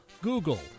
Google